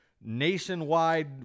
nationwide